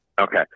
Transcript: Okay